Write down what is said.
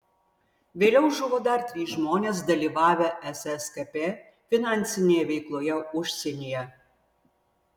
vėliau žuvo dar trys žmonės dalyvavę sskp finansinėje veikloje užsienyje